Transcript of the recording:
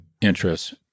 interests